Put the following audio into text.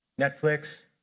Netflix